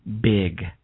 big